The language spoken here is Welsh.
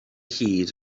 hyd